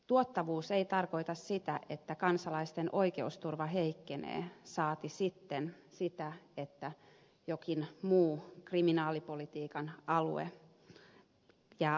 tuottavuus ei tarkoita sitä että kansalaisten oikeusturva heikkenee saati sitten sitä että jokin muu kriminaalipolitiikan alue jää altavastaajaksi